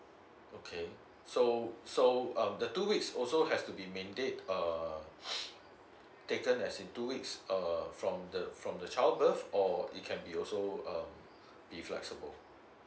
okay so so um the two weeks also have to be mandate uh taken as in two weeks um from the from the child birth or it can be also um be flexible